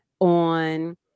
on